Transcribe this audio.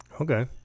okay